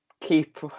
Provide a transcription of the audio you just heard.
keep